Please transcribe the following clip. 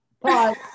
Pause